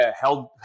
held